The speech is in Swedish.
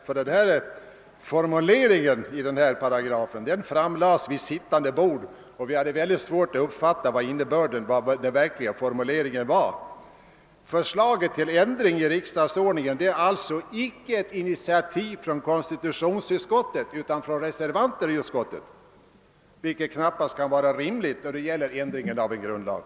Förslaget till formulering av paragrafen framlades nämligen vid sittande bord då vi skulle justera utlåtandet, och vi hade svårt att uppfatta vilken innebörden av formuleringen verkligen var. Förslaget till ändring av riksdagsordningen är alltså icke ett initiativ från konstitutionsut skottet utan från reservanter i utskottet, vilket knappast är rimligt när det gäller ändring av en grundlag.